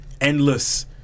endless